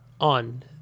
on